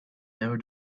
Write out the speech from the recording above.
never